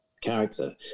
character